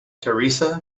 teresa